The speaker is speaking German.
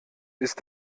ist